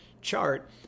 chart